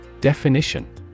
Definition